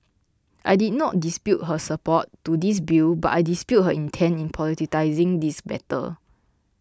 I did not dispute her support to this bill but I dispute her intent in politicising this matter